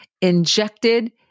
injected